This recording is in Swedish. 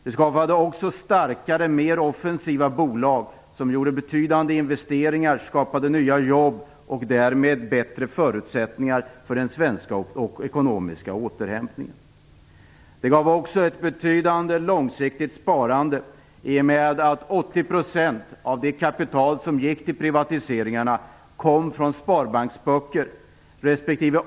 Vi skapade också starkare och mer offensiva bolag, som gjorde betydande investeringar, skapade nya jobb och därmed bättre förutsättningar för den svenska ekonomiska återhämtningen. Det gav vidare ett betydande långsiktigt sparande, i och med att 80 % av det kapital som gick till privatiseringarna kom från Sparbanksböcker.